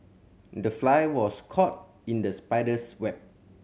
the fly was caught in the spider's web